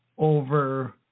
over